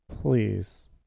please